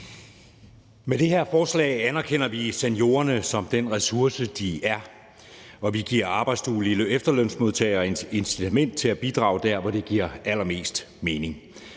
Med det her forslag anerkender vi seniorerne som den ressource, de er, og vi giver arbejdsduelige efterlønsmodtagere et incitament til at bidrage der, hvor det giver allermest mening.